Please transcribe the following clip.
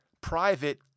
private